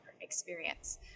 experience